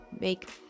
make